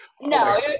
No